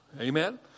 Amen